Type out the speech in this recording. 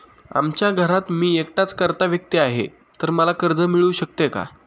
आमच्या घरात मी एकटाच कर्ता व्यक्ती आहे, तर मला कर्ज मिळू शकते का?